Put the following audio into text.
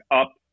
up